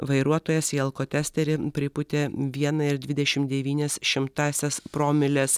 vairuotojas į alkotesterį pripūtė vieną ir dvidešimt devynia šimtąsias promilės